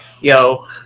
yo